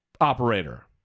operator